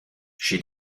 she